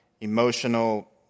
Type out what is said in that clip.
emotional